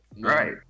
right